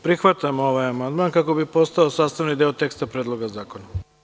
Prihvatamo ovaj amandman kako bi postao sastavni deo teksta Predloga zakona.